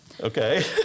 Okay